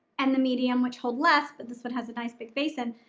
and the medium which hold less but this one has a nice big basin.